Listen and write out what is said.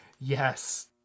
Yes